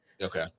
Okay